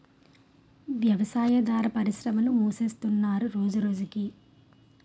వ్యవసాయాదార పరిశ్రమలు మూసేస్తున్నరు రోజురోజకి